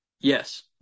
Yes